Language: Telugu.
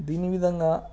దీని విధంగా